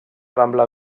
rambla